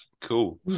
Cool